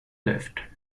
left